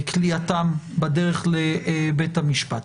וכליאתם בדרך לבית המשפט.